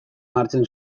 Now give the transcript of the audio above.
hartzen